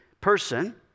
person